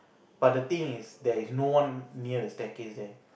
but the thing is there is no one near the staircase there